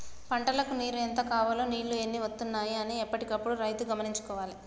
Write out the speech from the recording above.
పంటలకు నీరు ఎంత కావాలె నీళ్లు ఎన్ని వత్తనాయి అన్ని ఎప్పటికప్పుడు రైతు గమనించుకోవాలె